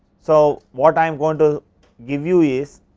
so, what i am going to give you is,